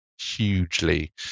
hugely